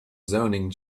zoning